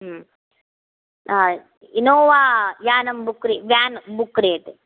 हा इनोवा यानं बुक् व्यान् बुक् क्रियते